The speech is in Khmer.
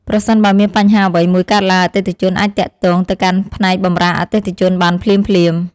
ប្រសិនបើមានបញ្ហាអ្វីមួយកើតឡើងអតិថិជនអាចទាក់ទងទៅកាន់ផ្នែកបម្រើអតិថិជនបានភ្លាមៗ។